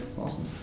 Awesome